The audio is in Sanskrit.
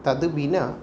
तद् विना